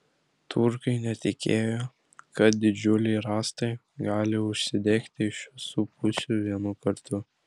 turkai netikėjo kad didžiuliai rąstai gali užsidegti iš visų pusių vienu kartu